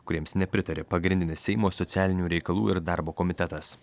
kuriems nepritarė pagrindinis seimo socialinių reikalų ir darbo komitetas